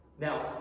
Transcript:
Now